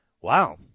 wow